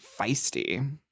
feisty